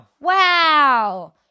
Wow